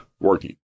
working